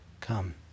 Come